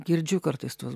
girdžiu kartais tuos